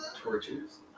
torches